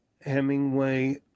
Hemingway